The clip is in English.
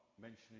mentioning